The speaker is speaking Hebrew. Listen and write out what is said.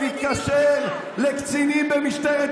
זה קל להגיד את